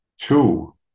Two